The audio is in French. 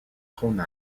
rhône